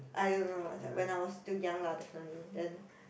I don't know is like when I was still young lah definitely then